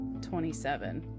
27